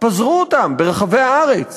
פזרו אותם ברחבי הארץ